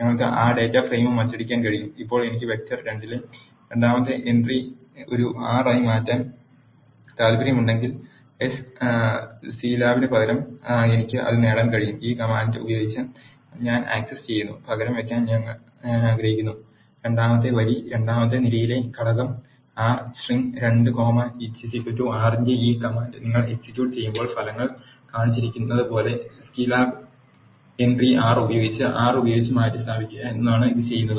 ഞങ്ങൾക്ക് ആ ഡാറ്റ ഫ്രെയിമും അച്ചടിക്കാൻ കഴിയും ഇപ്പോൾ എനിക്ക് വെക്റ്റർ 2 ലെ രണ്ടാമത്തെ എൻ ട്രി ഒരു ആർ ആയി മാറ്റാൻ താൽ പ്പര്യമുണ്ടെങ്കിൽ സ് സിലാബിന് പകരം എനിക്ക് അത് നേടാൻ കഴിയും ഈ കമാൻഡ് ഉപയോഗിച്ച് ഞാൻ ആക് സസ് ചെയ്യുന്നു പകരം വയ്ക്കാൻ ഞാൻ ആഗ്രഹിക്കുന്നു രണ്ടാമത്തെ വരി രണ്ടാമത്തെ നിരയിലെ ഘടകം R സ്ട്രിംഗ് 2 കോമ r ന്റെ ഈ കമാൻഡ് നിങ്ങൾ എക്സിക്യൂട്ട് ചെയ്യുമ്പോൾ ഫലങ്ങളിൽ കാണിച്ചിരിക്കുന്നതുപോലെ Scilab എൻ ട്രി R ഉപയോഗിച്ച് R ഉപയോഗിച്ച് മാറ്റിസ്ഥാപിക്കുക എന്നതാണ് ഇത് ചെയ്യുന്നത്